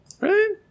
Right